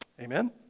Amen